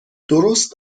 درست